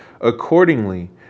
Accordingly